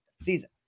season